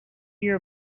your